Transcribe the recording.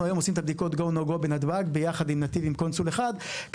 אנחנו היום עושים את בדיקות GO /NO GO בנתב"ג יחד עם קונסול אחד מנתיב,